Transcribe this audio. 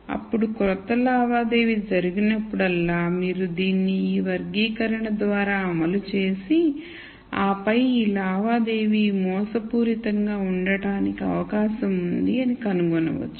అప్పుడు క్రొత్త లావాదేవీ జరిగినప్పుడల్లా మీరు దీన్ని ఈ వర్గీకరణ ద్వారా అమలు చేసి ఆపై ఈ లావాదేవీ మోసపూరితంగా ఉండటానికి అవకాశం ఉంది అని కనుగొనవచ్చు